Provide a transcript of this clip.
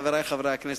חברי חברי הכנסת,